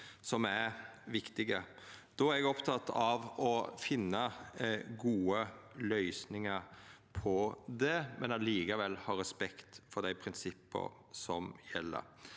som er viktige. Då er eg oppteken av å finna gode løysingar på det, men likevel ha respekt for dei prinsippa som gjeld.